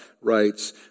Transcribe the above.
writes